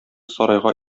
сарайга